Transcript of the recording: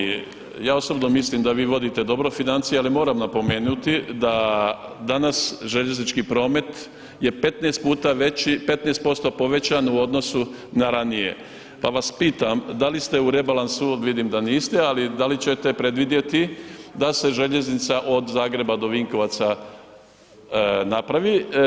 Ja osobno mislim da vi vodite dobro financije ali moram napomenuti da danas željeznički promet je 15% povećan u odnosu na ranije pa vas pitam da li ste u rebalansu, vidim da niste, ali da li ćete predvidjeti da se željeznica od Zagreba do Vinkovaca napravi?